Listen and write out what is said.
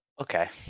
Okay